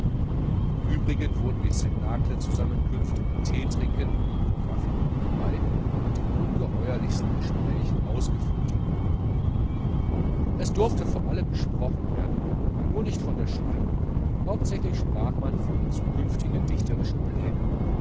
im übrigen wurden die cnaclezusammenkünfte mit theetrinken doch war viel rum dabei und den ungeheuerlichsten gesprächen ausgefüllt es durfte von allem gesprochen werden nur nicht von der schule hauptsächlich sprach man von zukünftigen dichterischen plänen